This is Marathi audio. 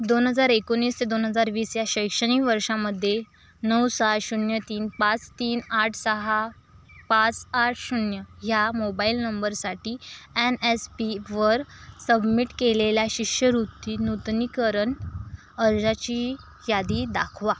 दोन हजार एकोणीस ते दोन हजार वीस या शैक्षणिक वर्षामध्ये नऊ सहा शून्य तीन पास तीन आठ सहा पास आठ शून्य ह्या मोबाईल नंबरसाठी अॅन अॅस पीवर सबमिट केलेल्या शिष्यवृत्ती नूतनीकरण अर्जाची यादी दाखवा